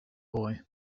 boy